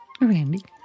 Randy